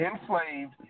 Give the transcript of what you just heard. Enslaved